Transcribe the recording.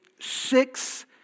six